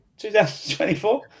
2024